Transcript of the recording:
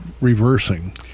reversing